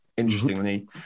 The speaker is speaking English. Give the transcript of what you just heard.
Interestingly